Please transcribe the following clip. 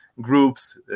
groups